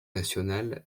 national